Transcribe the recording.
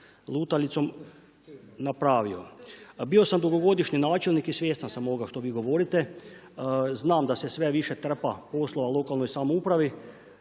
lutalicom napravio. Bio sam dugogodišnji načelnik i svjestan sam ovoga što vi govorite. Znam da se sve više trpa posla lokalnoj samoupravi